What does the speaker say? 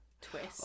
twist